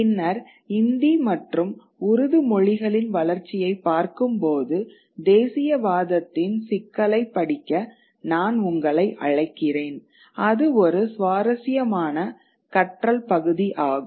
பின்னர் இந்தி மற்றும் உருது மொழிகளின் வளர்ச்சியைப் பார்க்கும்போது தேசியவாதத்தின் சிக்கலைப் படிக்க நான் உங்களை அழைக்கிறேன் அது ஒரு சுவாரஸ்யமான கற்றல் பகுதி ஆகும்